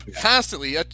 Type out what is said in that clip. constantly